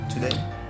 today